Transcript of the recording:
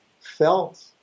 felt